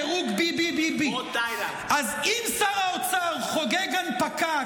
בדירוג BBBB. אז אם שר האוצר חוגג הנפקה,